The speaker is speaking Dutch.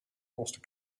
kosten